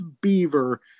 Beaver